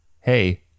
hey